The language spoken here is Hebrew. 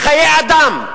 לחיי אדם,